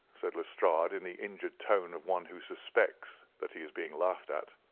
said lestrade, in the injured tone of one who suspects that he is being laughed at,